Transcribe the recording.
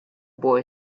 boy